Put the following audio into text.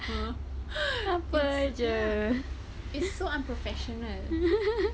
!huh! it's ya it's so unprofessional